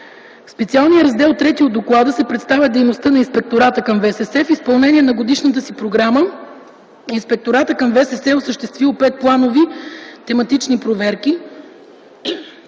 В специален Раздел III от доклада на ВСС се представя дейността на Инспектората към ВСС. В изпълнение на годишната си програма Инспекторатът към ВСС е осъществил 5 планови тематични проверки,